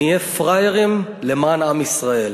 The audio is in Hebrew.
נהיה פראיירים למען עם ישראל.